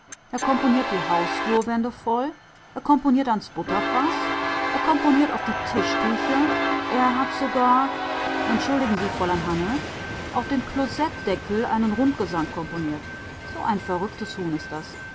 er komponiert die hausflurwände voll er komponiert ans butterfaß er komponiert auf die tischtücher er hat sogar entschuldigen fräulein hanne auf den klosettdeckel einen rundgesang komponiert so ein verrücktes huhn is das